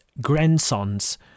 grandsons